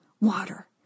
water